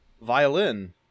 violin